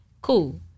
Cool